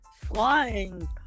flying